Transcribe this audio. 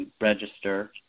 register